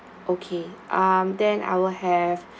okay um then I will have